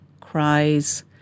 cries